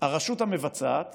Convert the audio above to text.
הרשות המבצעת